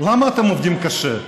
למה אתם עובדים קשה?